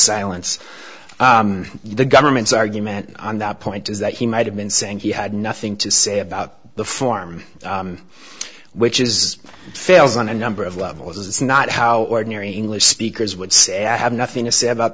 silence the government's argument on that point is that he might have been saying he had nothing to say about the form which is fails on a number of levels it's not how ordinary english speakers would say i have nothing to say about